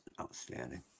outstanding